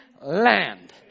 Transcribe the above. land